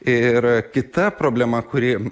ir kita problema kuri